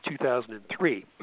2003